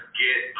get